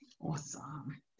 Awesome